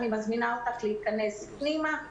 אני מזמינה אותך להיכנס פנימה.